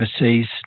overseas